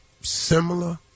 similar